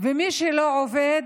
ומי שלא עובד,